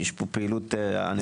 יש פה פעילות ענפה.